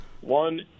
one